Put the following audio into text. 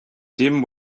dim